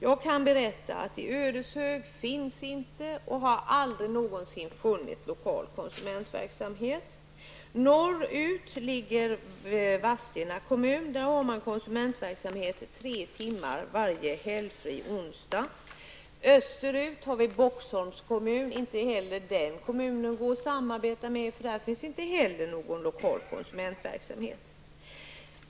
Jag kan berätta att i Ödeshög finns inte och har aldrig någonsin funnits lokal konsumentverksamhet. Norrut ligger Vadstena kommun, där man bedriver konsumentverksamhet tre timmar varje helgfri onsdag. Österut ligger Boxholms kommun. Där finns inte någon lokal konsumentverksamhet, så den kommunen går det inte heller att samarbeta med.